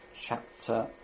chapter